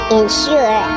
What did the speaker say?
ensure